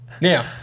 Now